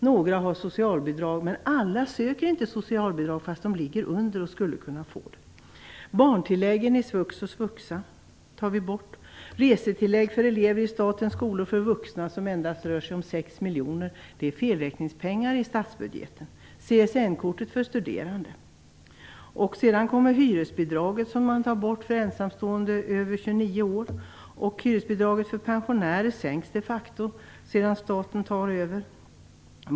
Några har socialbidrag, men alla söker inte socialbidrag fastän de skulle kunna få det. Barntilläggen i svux och svuxa tar vi bort. Resetilläg för elever i statens skolor för vuxna tas bort. Det rör sig endast om 6 miljoner - det är felräkningspengar i statsbudgeten. CSN-kortet för studerande tas bort. Hyresbidraget tas bort för ensamstående över 29 år, och hyresbidraget till pensionärer sänks de facto sedan staten tar över.